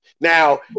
Now